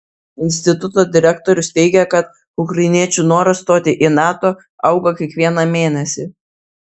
instituto direktorius teigia kad ukrainiečių noras stoti į nato auga kiekvieną mėnesį